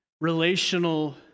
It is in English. relational